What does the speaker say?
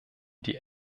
die